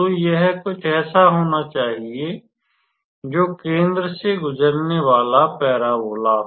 तो यह कुछ ऐसा होना चाहिए जो केंद्र से गुजरने वाला परबोला हो